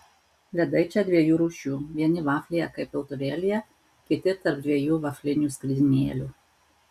ledai čia dviejų rūšių vieni vaflyje kaip piltuvėlyje kiti tarp dviejų vaflinių skridinėlių